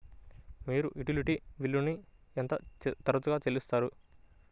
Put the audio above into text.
మీరు యుటిలిటీ బిల్లులను ఎంత తరచుగా చెల్లిస్తారు?